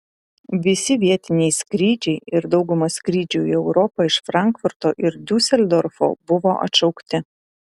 visi vietiniai skrydžiai ir dauguma skrydžių į europą iš frankfurto ir diuseldorfo buvo atšaukti